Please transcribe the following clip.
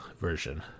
version